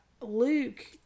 Luke